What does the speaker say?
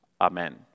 Amen